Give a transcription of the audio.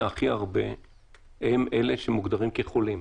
הכי הרבה הם אלה שמוגדרים כחולים.